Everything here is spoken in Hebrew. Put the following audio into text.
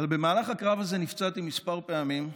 במהלך הקרב הזה נפצעתי כמה פעמים,